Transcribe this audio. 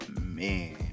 man